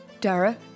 Dara